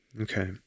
Okay